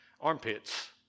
armpits